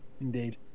Indeed